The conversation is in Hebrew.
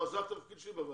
מה, זה התפקיד שלי בוועדה?